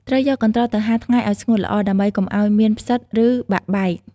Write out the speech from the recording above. ត្រូវយកកន្ត្រកទៅហាលថ្ងៃឲ្យស្ងួតល្អ ដើម្បីកុំឲ្យមានផ្សិត ឬបាក់បែក។